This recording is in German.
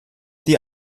die